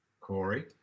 Corey